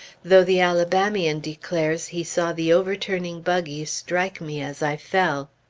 though the alabamian declares he saw the overturning buggy strike me as i fell.